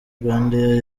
rwandair